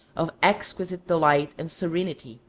of exquisite delight and serenity,